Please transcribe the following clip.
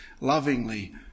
lovingly